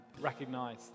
recognize